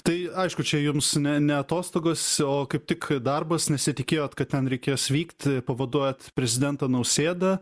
tai aišku čia jums ne ne atostogos o kaip tik darbas nesitikėjot kad ten reikės vykt pavaduot prezidentą nausėdą